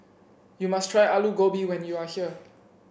you must try Alu Gobi when you are here